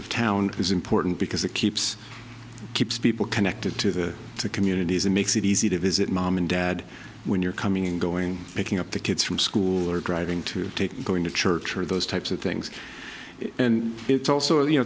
of town is important because it keeps keeps people connected to the communities and makes it easy to visit mom and dad when you're coming in going making up the kids from school or driving to take going to church or those types of things and it's also you know